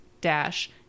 dash